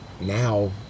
now